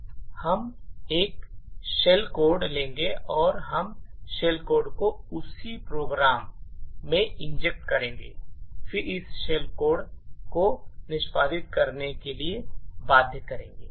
हम एक shell code लेंगे और हम शेल कोड को डमी प्रोग्राम में इंजेक्ट करेंगे और फिर इस शेल कोड को निष्पादित करने के लिए बाध्य करेंगे